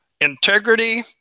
Integrity